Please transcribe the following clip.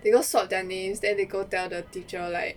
they go swap their names then they go tell the teacher like